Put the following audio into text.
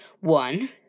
one